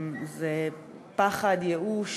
זה פחד, ייאוש